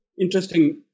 interesting